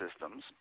systems